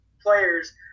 players